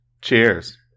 Cheers